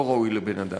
לא ראוי לבן-אדם.